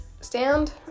stand